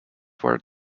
where